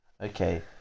Okay